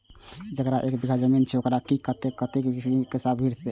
जकरा एक बिघा जमीन छै औकरा कतेक कृषि ऋण भेटत?